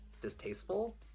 distasteful